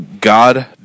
God